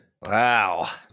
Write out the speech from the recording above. Wow